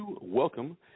Welcome